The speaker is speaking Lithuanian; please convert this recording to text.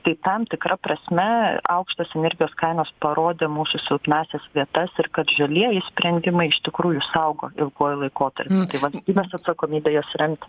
tai tam tikra prasme aukštos energijos kainos parodė mūsų silpnąsias vietas ir kad žalieji sprendimai iš tikrųjų saugo ilguoju laikotarpiu tai valstybės atsakomybė juos remt